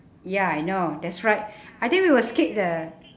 ya I know that's right I think we will skip the